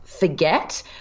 Forget